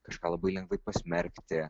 kažką labai lengvai pasmerkti